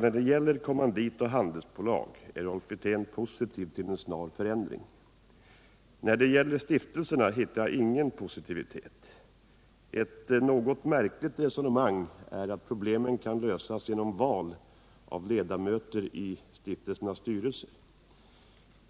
när det gäller kommandit och handelsbolag är Rolf Wirtén positiv till en snar förändring. När det gäller stiftelserna hittar jag dock ingen positivitet. Ett något märkligt resonemang är att problemen kan lösas genom val av ledamöter i stiftelsernas styrelser.